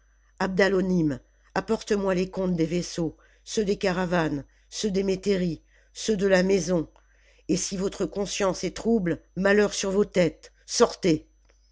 abdalonim apporte-moi les comptes des vaisseaux ceux des caravanes ceux des métairies ceux de la maison et si votre conscience est trouble malheur sur vos têtes sortez